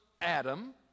Adam